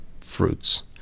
fruits